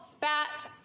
fat